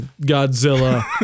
Godzilla